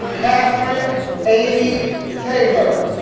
kathryn amy taylor